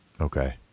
okay